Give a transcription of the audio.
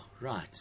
right